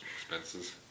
Expenses